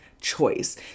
choice